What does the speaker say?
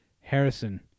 Harrison